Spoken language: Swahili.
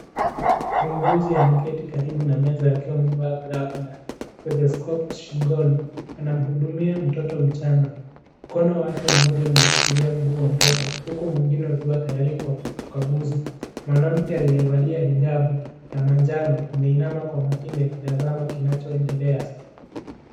Muuguzi ameketi karibu na meza akiwa amevaa glavu na steteskopu shingoni anamhudumia mtoto mchanga ,mkono wake moja umeushikilia mguu wa mtoto huku mwingine akiwa amtayari Kwa ugakuzi . Mwanamke aliyevalia hijabu nmha manjano ameinama akitazama kinacho endelea.